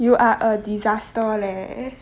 you are a disaster leh